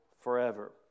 forever